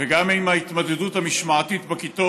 וגם עם ההתמודדות המשמעתית בכיתות.